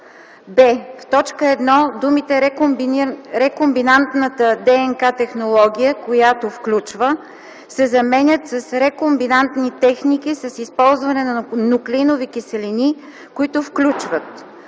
б) в т. 1 думите “рекомбинантната ДНК технология, която включва” се заменят с “рекомбинантни техники с използване на нуклеинови киселини, които включват”,